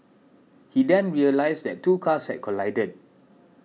he then realised that two cars had collided